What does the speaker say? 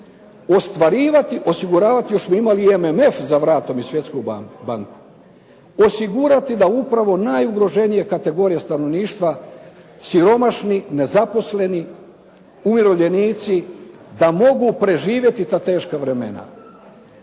Ostvarivati, osiguravati, još smo imali i MMF za vratom i Svjetsku banku, osigurati da upravo najugroženije kategorije stanovništva, siromašni, nezaposleni, umirovljenici da mogu preživjeti ta teška vremena.